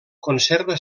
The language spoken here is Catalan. conserva